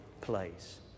place